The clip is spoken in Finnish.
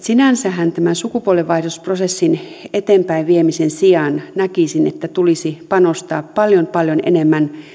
sinänsähän tämän sukupuolenvaihdosprosessin eteenpäinviemisen sijaan näkisin että tulisi panostaa paljon paljon enemmän